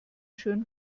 schön